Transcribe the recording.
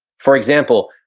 for example,